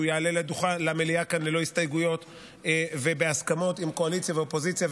שהוא יעלה למליאה כאן ללא הסתייגויות ובהסכמות של קואליציה ואופוזיציה,